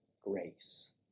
grace